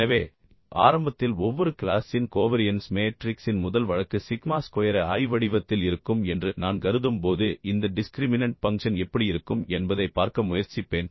எனவே ஆரம்பத்தில் ஒவ்வொரு கிளாசின் கோவரியன்ஸ் மேட்ரிக்ஸின் முதல் வழக்கு சிக்மா ஸ்கொயர் i வடிவத்தில் இருக்கும் என்று நான் கருதும் போது இந்த டிஸ்க்ரிமினன்ட் பங்க்ஷன் எப்படி இருக்கும் என்பதைப் பார்க்க முயற்சிப்பேன்